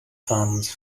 funds